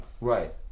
Right